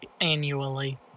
annually